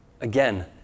again